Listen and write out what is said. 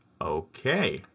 Okay